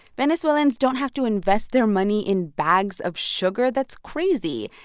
venezuelans don't have to invest their money in bags of sugar. that's crazy.